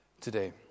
today